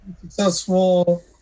Successful